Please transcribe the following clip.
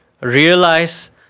realize